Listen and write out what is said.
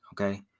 Okay